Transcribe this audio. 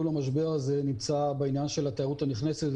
המשבר הזה נמצא בעניין של התיירות הנכנסת,